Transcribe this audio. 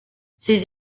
ces